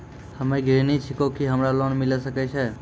हम्मे गृहिणी छिकौं, की हमरा लोन मिले सकय छै?